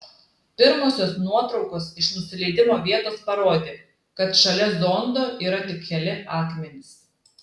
pirmosios nuotraukos iš nusileidimo vietos parodė kad šalia zondo yra tik keli akmenys